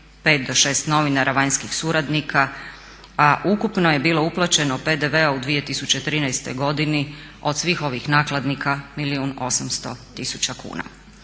6 novinara vanjskih suradnika, a ukupno je bilo uplaćeno PDV-u u 2013. godini od svih ovih nakladnika milijun